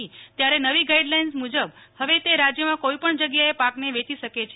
રાજયમાં અત્યારે નવી ગાઈડ લાઈન્સ મુજબ હવે રાજ્યમાં કોઈપણ જગ્યાએ પાકને વેચી શકે છે